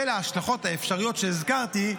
בשל ההשלכות האפשריות שהזכרתי,